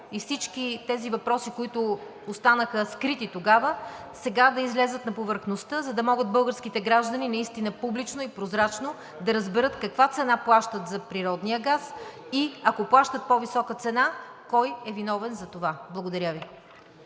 и всички тези въпроси, които останаха скрити тогава, сега да излязат на повърхността, за да могат българските граждани наистина публично и прозрачно да разберат каква цена плащат за природния газ и ако плащат по-висока цена, кой е виновен за това. Благодаря Ви.